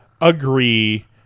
agree